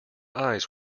eyes